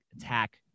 attack